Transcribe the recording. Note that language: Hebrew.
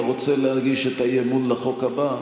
אתה רוצה להגיש את האי-אמון לחוק הבא?